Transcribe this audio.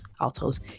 altos